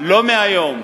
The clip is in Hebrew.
לא מהיום,